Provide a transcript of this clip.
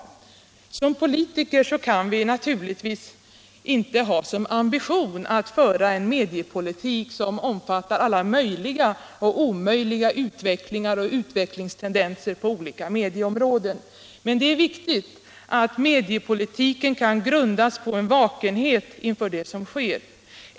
Som politiker kan vi naturligtvis inte ha som ambition att föra en mediepolitik som omfattar alla möjliga och omöjliga utvecklingar och utvecklingstendenser på olika medieområden. Men det är viktigt att mediepolitiken kan grundas på en vakenhet inför det som sker.